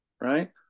right